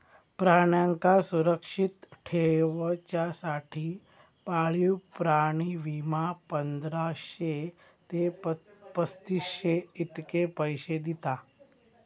प्राण्यांका सुरक्षित ठेवच्यासाठी पाळीव प्राणी विमा, पंधराशे ते पस्तीसशे इतके पैशे दिता